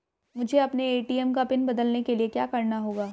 मुझे अपने ए.टी.एम का पिन बदलने के लिए क्या करना होगा?